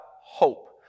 hope